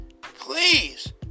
please